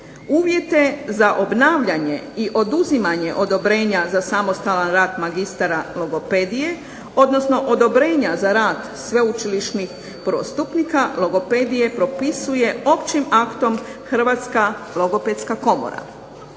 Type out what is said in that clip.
uvjete za obnavljanje i oduzimanje odobrenja za samostalan rad magistara logopedije odnosno odobrenja za rad sveučilišnih prvostupnika logopedije propisuje općim aktom Hrvatska logopedska komora.